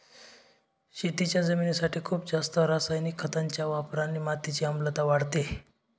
शेतीच्या जमिनीसाठी खूप जास्त रासायनिक खतांच्या वापराने मातीची आम्लता वाढते